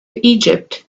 egypt